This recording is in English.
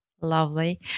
Lovely